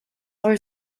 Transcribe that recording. are